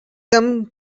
them